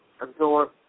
absorb